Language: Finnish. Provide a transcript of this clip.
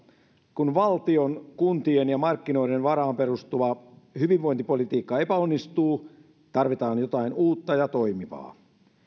kun valtion kuntien ja markkinoiden varaan perustuva hyvinvointipolitiikka epäonnistuu tarvitaan jotain uutta ja toimivaa